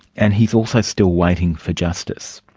and he's also still waiting for justice.